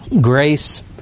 grace